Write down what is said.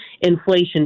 inflation